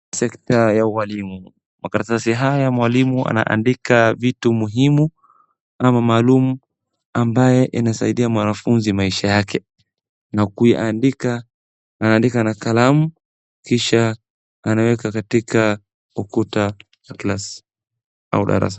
Sector ya ualimu, makaratasi haya mwalimu anaandika vitu muhimu ama maalum ambaye yanasaidia mwanafunzi maisha yake, na kuiandika ana andika na kalamu kisha anaweka katika ukuta ya class au darasa.